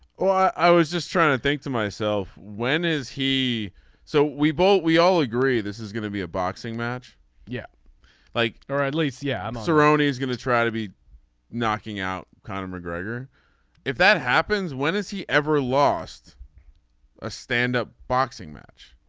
i was just trying to think to myself when is he so we bolt we all agree this is gonna be a boxing match yeah like or at least yeah. maroney is going to try to be knocking out connor mcgregor if that happens when is he ever lost a stand up boxing match.